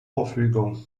verfügung